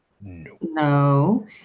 No